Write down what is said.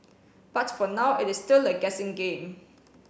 but for now it is still a guessing game